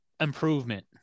improvement